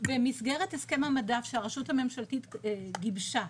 במסגרת הסכם המדף שהרשות הממשלתית גיבשה,